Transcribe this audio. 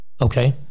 okay